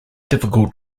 difficult